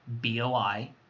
b-o-i